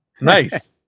Nice